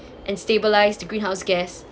and stabilised the greenhouse gas